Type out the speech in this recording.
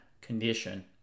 condition